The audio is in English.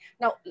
Now